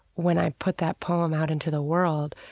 when i put that poem out into the world,